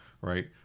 right